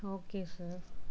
okay sir